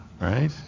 right